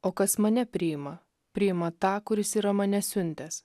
o kas mane priima priima tą kuris yra mane siuntęs